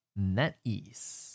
NetEase